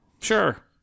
Sure